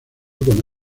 con